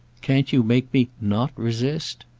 can't you make me not resist?